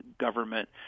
government